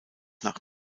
nach